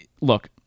look